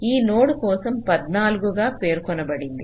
ఈ నోడ్ కోసం 14 గా పేర్కొనబడింది